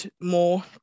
more